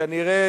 כנראה,